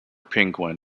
penguin